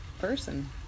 person